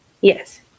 Yes